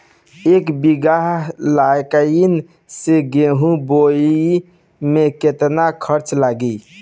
एक बीगहा लाईन से गेहूं बोआई में केतना खर्चा लागी?